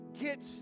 get